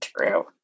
true